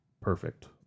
perfect